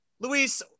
Luis